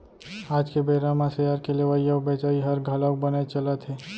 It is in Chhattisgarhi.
आज के बेरा म सेयर के लेवई अउ बेचई हर घलौक बनेच चलत हे